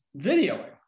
videoing